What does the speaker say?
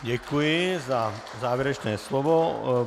Děkuji vám za závěrečné slovo.